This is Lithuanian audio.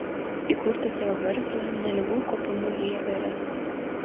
įkurti savo verslą nelygu kopimui į everestą